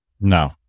No